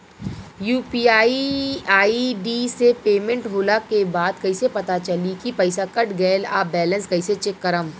UPI ID से payment होला के बाद कइसे पता चली की पईसा कट गएल आ बैलेंस कइसे चेक करम?